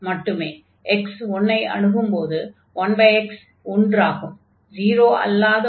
x 1 ஐ அணுகும் போது 1x ஒன்றை அணுகும்